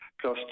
plus